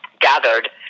gathered